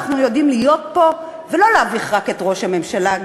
אנחנו יודעים להיות פה ולא להביך רק את ראש הממשלה,